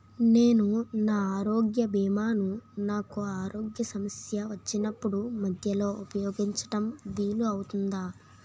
నేను నా ఆరోగ్య భీమా ను నాకు ఆరోగ్య సమస్య వచ్చినప్పుడు మధ్యలో ఉపయోగించడం వీలు అవుతుందా?